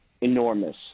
enormous